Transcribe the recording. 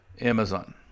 Amazon